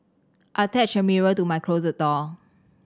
I attached a mirror to my closet door